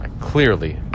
clearly